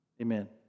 Amen